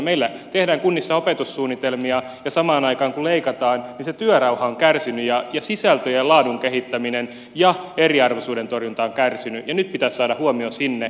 meillä tehdään kunnissa opetussuunnitelmia ja samaan aikaan kun leikataan työrauha on kärsinyt ja sisältöjen laadun kehittäminen ja eriarvoisuuden torjunta on kärsinyt ja nyt pitäisi saada huomio sinne